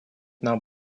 нам